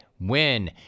Win